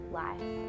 life